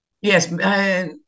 Yes